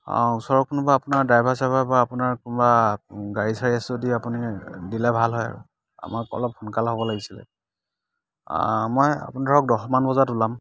অঁ ওচৰৰ কোনোবা আপোনাৰ ড্ৰাইভাৰ চাইভাৰ বা আপোনাৰ কোনোবা গাড়ী চাৰী আছে যদি আপুনি দিলে ভাল হয় আৰু আমাক অলপ সোনকালে হ'ব লাগিছিলে মই আপুনি ধৰক দহ মান বজাত ওলাম